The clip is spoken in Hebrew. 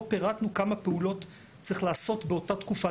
פירטנו כמה פעולות צריך לעשות באותה תקופת